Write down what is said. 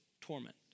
torment